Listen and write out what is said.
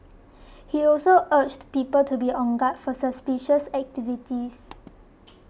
he also urged people to be on guard for suspicious activities